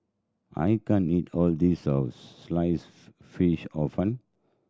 I can't eat all this Sliced Fish Hor Fun